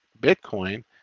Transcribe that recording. Bitcoin